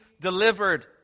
delivered